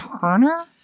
Turner